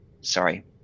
sorry